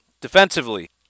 Defensively